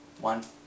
One